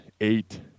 eight